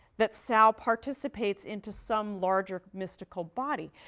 that sal participates into some larger mystical body.